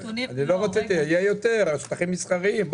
היה יותר, על שטחים מסחריים.